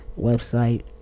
website